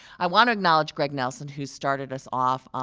i want to acknowledge greg nelson, who started us off.